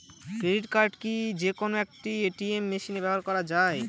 Credit card কি যে কোনো এ.টি.এম মেশিনে ব্যবহার করা য়ায়?